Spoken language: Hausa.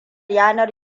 yanar